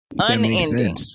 Unending